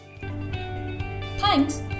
Thanks